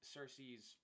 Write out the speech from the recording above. Cersei's